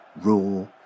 raw